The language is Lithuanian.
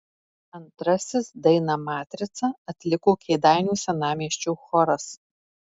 antrasis dainą matrica atliko kėdainių senamiesčio choras